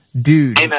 Dude